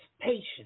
patience